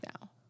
now